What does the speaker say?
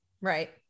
right